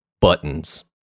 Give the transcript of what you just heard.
buttons